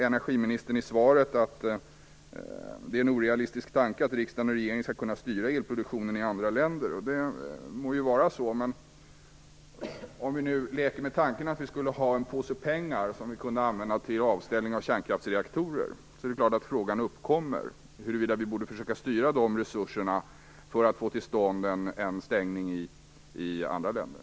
Energiministern säger i svaret att det är en orealistisk tanke att riksdag och regering skall kunna styra elproduktionen i andra länder. Det må vara så. Men om vi nu leker med tanken att vi hade en påse med pengar som kunde användas för avställning av kärnkraftsreaktorer är det klart att frågan uppkommer huruvida vi borde försöka att styra dessa resurser för att få till stånd en avstängning i andra länder.